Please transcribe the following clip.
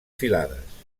filades